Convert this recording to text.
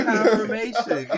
confirmation